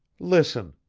listen,